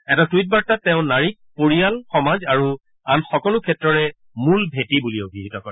এটা টুইট বাৰ্তাত নাৰীক পৰিয়াল সমাজ আৰু আন সকলো ক্ষেত্ৰৰে মূল ভেঁটি বুলি বৰ্ণনা কৰে